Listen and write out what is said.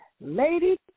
Lady